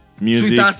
music